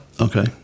Okay